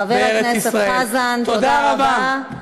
חבר הכנסת חזן, תודה רבה.